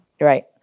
Right